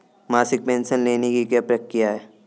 मासिक पेंशन लेने की क्या प्रक्रिया है?